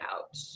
out